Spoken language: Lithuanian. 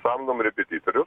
samdom repetitorių